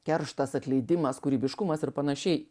kerštas atleidimas kūrybiškumas ir panašiai